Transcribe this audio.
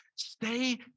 Stay